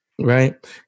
right